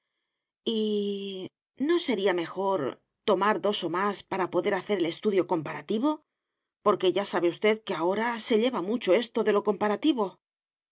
no sería mejor tomar dos o más para poder hacer el estudio comparativo porque ya sabe usted que ahora se lleva mucho esto de lo comparativo